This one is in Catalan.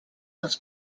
dels